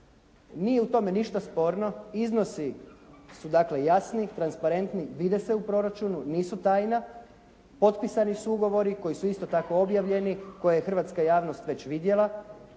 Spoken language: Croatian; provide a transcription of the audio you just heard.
Nije u tome ništa sporno. Iznosi su dakle jasni, transparentni. Vide se u proračunu. Nisu tajna. Potpisani su ugovori koji su isto tako objavljeni koje je hrvatska javnost već vidjela,